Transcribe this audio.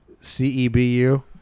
C-E-B-U